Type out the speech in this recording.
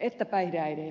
löytyy apua